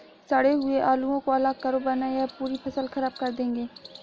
सड़े हुए आलुओं को अलग करो वरना यह पूरी फसल खराब कर देंगे